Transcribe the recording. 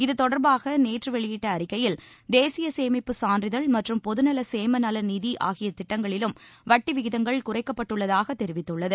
இது தொடர்பாக நேற்று வெளியிட்ட அறிக்கையில் தேசிய சேமிப்பு சான்றிதழ் மற்றும் பொதுநல சேமநலநிதி ஆகிய திட்டங்களிலும் வட்டி விகிதங்கள் குறைக்கப்பட்டுள்ளதாக தெரிவித்துள்ளது